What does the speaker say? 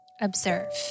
Observe